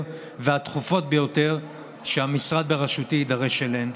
והדחופות ביותר שהמשרד בראשותי יידרש להן.